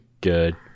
good